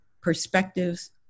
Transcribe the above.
perspectives